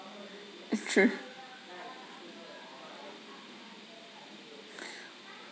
it's true